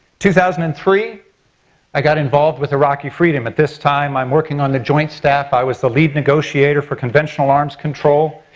two thousand and three i got involved with iraqi freedom. at this time, i'm working on the joint staff. i was the lead negotiator for conventional arms control.